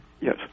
Yes